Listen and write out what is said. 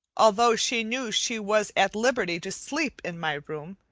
although she knew she was at liberty to sleep in my room,